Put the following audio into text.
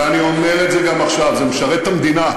ואני אומר את זה גם עכשיו: זה משרת את המדינה.